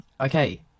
okay